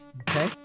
Okay